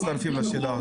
עם משרד האוצר,